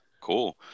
Cool